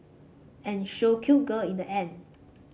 and show cute girl in the end